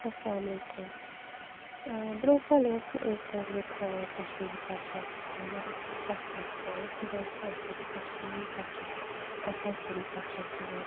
اَلسَلامُ علیکُم ٲں برٛونٛٹھ کالہِ اوس نہٕ أسۍ گۄڈٕ ییٚتہِ تھاوان کَشمیٖری سَبجیٚکٹہٕ کیٚنٛہہ مگر کیٚنٛہہ وقت گوٚو کہِ وۄنۍ چھِ اسہِ ییٚتہِ کَشمیٖری سَبجیٚکٹہٕ اَکھ کَمپَلسٔری سَبجیٚکٹہٕ یِوان